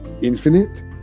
infinite